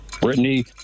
Brittany